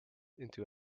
into